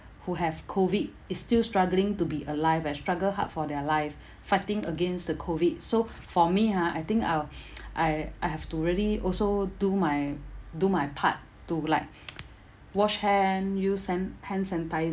who have COVID is still struggling to be alive eh struggle hard for their life fighting against the COVID so for me ha I think I'll I I have to really also do my do my part to like wash hand use hand hand sanitiser